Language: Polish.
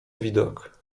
widok